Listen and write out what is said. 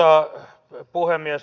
arvoisa puhemies